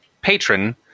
Patron